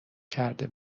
کرده